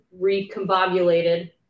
recombobulated